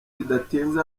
bidatinze